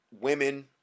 women